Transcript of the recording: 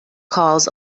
calls